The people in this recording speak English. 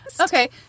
Okay